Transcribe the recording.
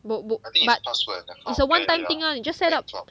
bu~ b~ but is a one time thing [one] just set up